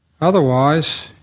Otherwise